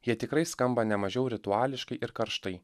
jie tikrai skamba nemažiau rituališkai ir karštai